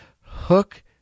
hook